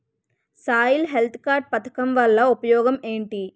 Soil health card పథకం వల్ల ఉపయోగం ఏంటి?